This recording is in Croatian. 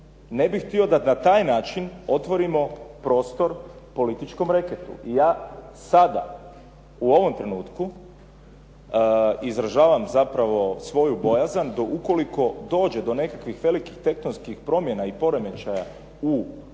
Ne bih htio da na taj način otvorimo prostor političkom reketu i ja sada u ovom trenutku izražavam zapravo svoju bojazan da ukoliko dođe do nekakvih velikih tektonskih promjena i poremećaja u samoj